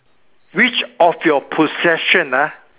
which of your possession ah